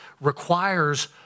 requires